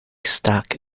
stack